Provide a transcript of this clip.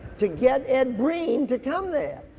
to get ed breen to come there.